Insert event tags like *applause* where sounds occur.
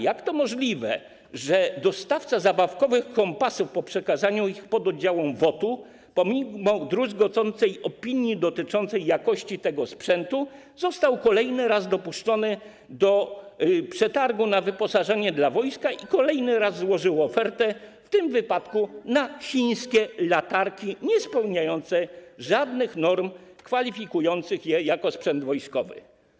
Jak to możliwe, że dostawca zabawkowych kompasów po przekazaniu ich pododdziałom WOT, pomimo druzgocącej opinii dotyczącej jakości tego sprzętu, został kolejny raz dopuszczony do przetargu na wyposażenie *noise* dla wojska i kolejny raz złożył ofertę, w tym wypadku na chińskie latarki niespełniające żadnych norm kwalifikujących je jako sprzęt wojskowy?